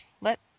Let